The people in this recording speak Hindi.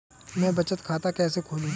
मैं बचत खाता कैसे खोलूं?